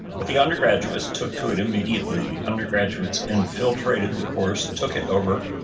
but the undergraduates took to it immediately. the undergraduates infiltrated the course, took it over,